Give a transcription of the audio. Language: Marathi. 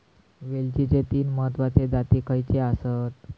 वेलचीचे तीन महत्वाचे जाती खयचे आसत?